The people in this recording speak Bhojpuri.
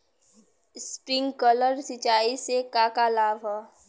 स्प्रिंकलर सिंचाई से का का लाभ ह?